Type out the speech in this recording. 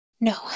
No